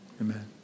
Amen